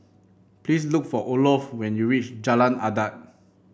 please look for Olof when you reach Jalan Adat